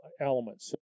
elements